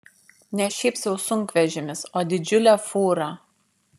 ne šiaip sau sunkvežimis o didžiulė fūra